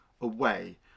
away